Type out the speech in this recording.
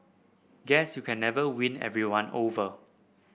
guess you can never win everyone over